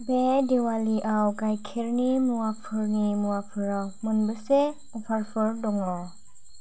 बे दिवालीआव गाइखेरनि मुवाफोरनि मुवाफोराव मोनबेसे अफारफोर दङ